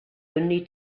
only